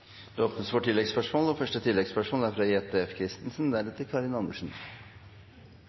Det åpnes for oppfølgingsspørsmål – først Jette F. Christensen.